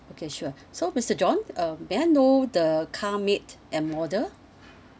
okay sure so mister john um may I know the car make and model